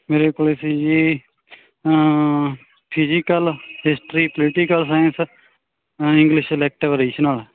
ਮੇਰੇ ਕੋਲੇ ਸੀ ਜੀ physical history political science English elective additional